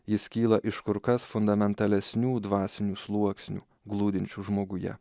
jis kyla iš kur kas fundamentalesnių dvasinių sluoksnių glūdinčių žmoguje